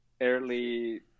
early